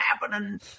happening